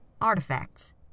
artifacts